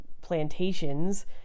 plantations